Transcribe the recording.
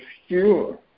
obscure